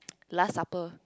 last supper